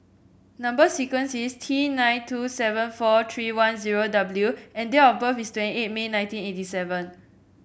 number sequence is T nine two seven four three one zero W and date of birth is twenty eight May nineteen eighty seven